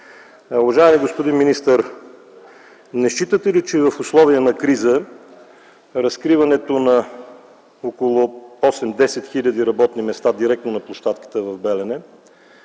Уважаеми господин министър, не считате ли, че в условия на криза разкриването на около 8000-10 000 работни места директно на площадката в Белене